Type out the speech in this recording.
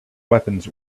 weapons